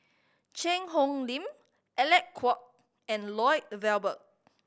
Cheang Hong Lim Alec Kuok and Lloyd Valberg